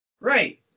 Right